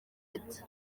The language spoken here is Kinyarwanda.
ati